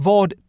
Vad